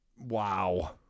Wow